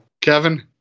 Kevin